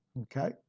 okay